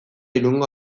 irungo